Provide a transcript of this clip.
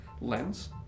lens